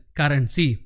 currency